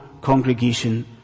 congregation